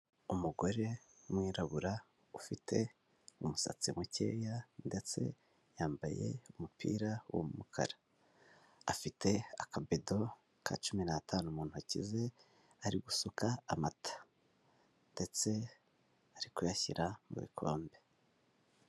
Umugore w'umwirabura ufite umusatsi mukeya ndetse yambaye umupira w'umukara, afite akabido ka cumi n'atanu mu ntoki ze, ari gusuka amata ndetse ari kuyashyira mu bikombe.